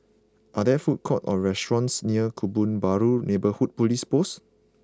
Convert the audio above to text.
are there food courts or restaurants near Kebun Baru Neighbourhood Police Post